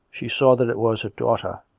she saw that it was her daughter,